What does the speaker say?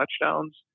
touchdowns